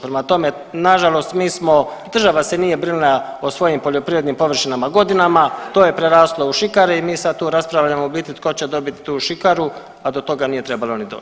Prema tome, nažalost mi smo, država se nije brinula o svojim poljoprivrednim površinama godinama, to je preraslo u šikare i mi sad tu raspravljamo u biti tko će dobit tu šikaru, a do toga nije trebalo ni